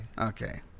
Okay